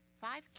Five